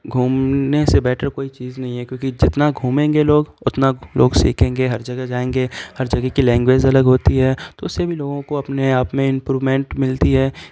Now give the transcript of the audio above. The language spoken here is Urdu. گھومنے سے بیٹر کوئی چیز نہیں ہے کیوںکہ جتنا گھومیں گے لوگ اتنا لوگ سیکھیں گے ہر جگہ جائیں گے ہر جگہ کی لینگویز الگ ہوتی ہے تو اس سے بھی لوگوں کو اپنے آپ میں امپرومنٹ ملتی ہے